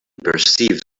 perceived